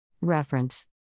Reference